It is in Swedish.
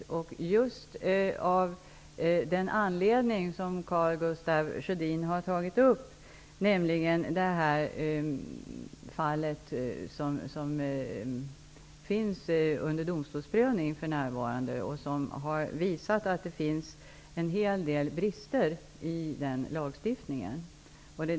Det gör vi just av den anledning som Karl Gustaf Sjödin har tagit upp, nämligen att det för närvarande finns ett fall under domstolsprövning som har visat att det finns en hel del brister i den lagstiftningen.